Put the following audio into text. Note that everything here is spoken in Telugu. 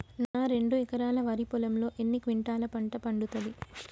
నా రెండు ఎకరాల వరి పొలంలో ఎన్ని క్వింటాలా పంట పండుతది?